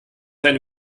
eine